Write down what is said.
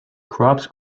crops